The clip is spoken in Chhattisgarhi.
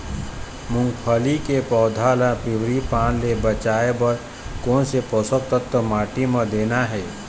मुंगफली के पौधा ला पिवरी पान ले बचाए बर कोन से पोषक तत्व माटी म देना हे?